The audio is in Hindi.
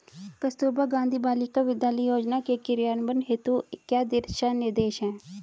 कस्तूरबा गांधी बालिका विद्यालय योजना के क्रियान्वयन हेतु क्या दिशा निर्देश हैं?